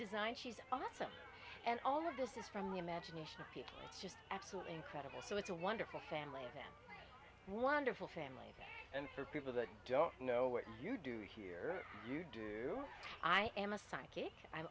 design she's awesome and all of this is from the imagination absolutely incredible so it's a wonderful family of them wonderful families and for people that don't know what you do here you do i am a psychic i'm